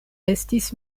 estis